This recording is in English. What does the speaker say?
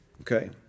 okay